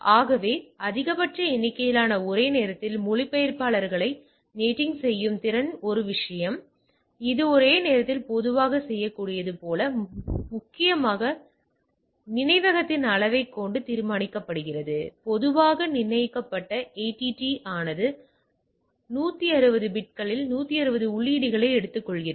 கவே அதிகபட்ச எண்ணிக்கையிலான ஒரே நேரத்தில் மொழிபெயர்ப்பாளர்களை NATing செய்யும் திறன் ஒரு விஷயம் இது ஒரே நேரத்தில் பொதுவாகச் செய்யக்கூடியது போல முக்கியமாக நினைவகத்தின் அளவைக் கொண்டு தீர்மானிக்கப்படுகிறது பொதுவாக நிர்ணயிக்கப்பட்ட ATT ஆனது 160 பிட்களில் 160 உள்ளீடுகளை எடுத்துக்கொள்கிறது